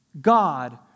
God